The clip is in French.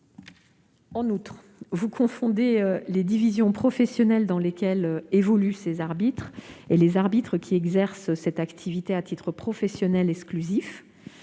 En outre, vous confondez les divisions professionnelles dans lesquelles évoluent ces arbitres et les arbitres qui exercent cette activité à titre professionnel exclusif.